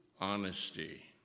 honesty